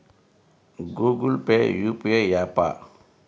Google Pay UPI య్యాపా?